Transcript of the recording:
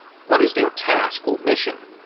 what is their task or mission?